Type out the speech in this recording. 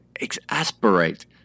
exasperate